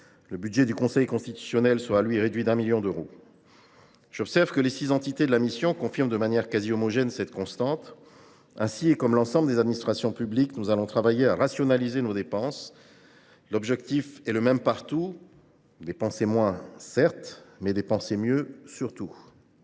Le budget du Conseil constitutionnel sera, lui, réduit d’un million d’euros. J’observe que les six entités de la mission confirment de manière quasi homogène cette constante. Ainsi, et comme l’ensemble des administrations publiques, nous allons travailler à rationaliser nos dépenses. L’objectif sera le même partout : dépenser moins, certes, mais surtout